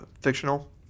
fictional